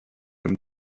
comme